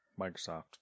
Microsoft